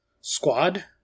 squad